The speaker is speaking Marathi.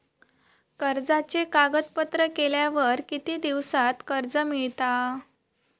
कर्जाचे कागदपत्र केल्यावर किती दिवसात कर्ज मिळता?